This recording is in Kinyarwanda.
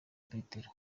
petero